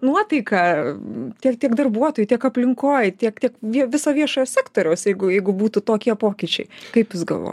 nuotaiką tiek tiek darbuotojų tiek aplinkoj tiek tiek viso viešojo sektoriaus jeigu jeigu būtų tokie pokyčiai kaip jūs galvojat